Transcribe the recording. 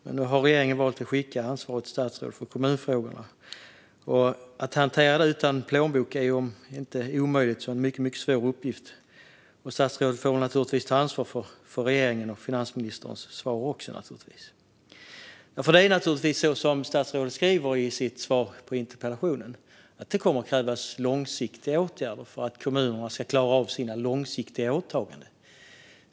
Regeringen har valt att skicka ansvarigt statsråd för kommunfrågorna, och att hantera dem utan plånbok är en om inte omöjlig så mycket svår uppgift. Och statsrådet får ta ansvar också för regeringens och finansministerns svar. Det är naturligtvis så som statsrådet säger i sitt svar på interpellationen att det kommer att krävas långsiktiga åtgärder för att kommunerna ska klara av sina långsiktiga åtaganden.